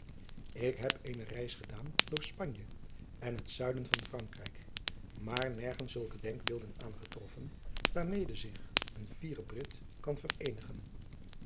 ik heb eene reis gedaan door spanje en het zuiden van frankrijk maar nergens zulke denkbeelden aangetroffen waarmede zich een fiere brit kan vereenigen